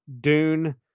dune